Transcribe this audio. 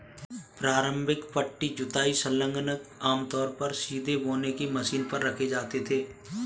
प्रारंभिक पट्टी जुताई संलग्नक आमतौर पर सीधे बोने की मशीन पर रखे जाते थे